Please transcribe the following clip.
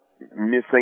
missing